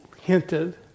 hinted